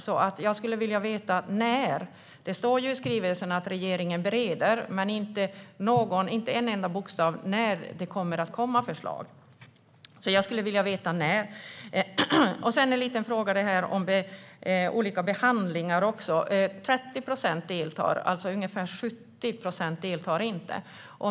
Jag skulle alltså vilja veta när det kommer förslag. Det står i skrivelsen att regeringen bereder, men det finns inte en enda bokstav om när det kommer att komma förslag. Jag har också en fråga om olika behandlingar. 30 procent deltar i behandlingar. Det är alltså ungefär 70 procent som inte deltar.